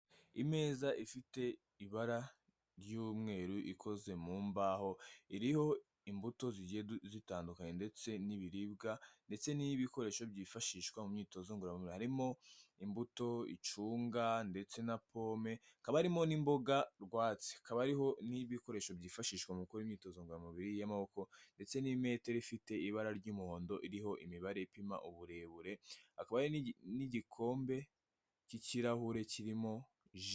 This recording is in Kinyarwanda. Imeza ifite ibara ry'umweru ikoze mu mbaho iriho imbuto zigiye zitandukanye ndetse n'ibiribwa ndetse n'ibikoresho byifashishwa mu myitozo ngororamomubiri, harimo imbuto icunga ndetse na pome, hakaba harimo n'imboga rwatsi, hakaba hariho n'ibikoresho byifashishwa mu gukora imyitozo ngoromubiri y'amaboko ndetse n'imetero ifite ibara ry'umuhondo iriho imibare ipima uburebureba, hakaba hari n'igikombe cy'ikirahure kirimo ji.